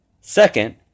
Second